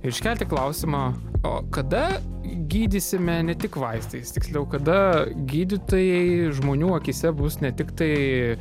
iškelti klausimą o kada gydysime ne tik vaistais tiksliau kada gydytojai žmonių akyse bus ne tiktai